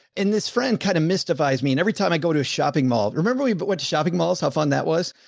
this friend kinda mystifies me. and every time i go to a shopping mall, remember we but went to shopping malls. how fun that was.